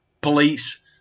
police